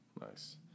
Nice